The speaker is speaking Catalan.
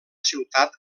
ciutat